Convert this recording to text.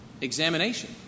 examination